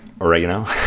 Oregano